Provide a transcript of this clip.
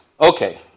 Okay